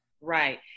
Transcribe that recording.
Right